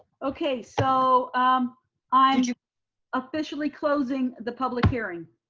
okay, so i'm officially closing the public hearing.